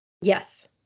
Yes